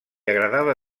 agradava